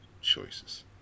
choices